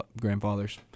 grandfathers